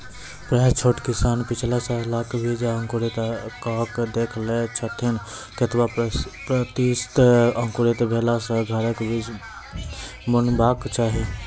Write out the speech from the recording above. प्रायः छोट किसान पिछला सालक बीज अंकुरित कअक देख लै छथिन, केतबा प्रतिसत अंकुरित भेला सऽ घरक बीज बुनबाक चाही?